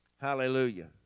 Hallelujah